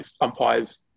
umpires